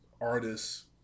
artists